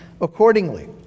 accordingly